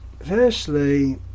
Firstly